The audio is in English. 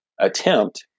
attempt